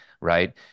right